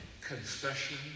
Confession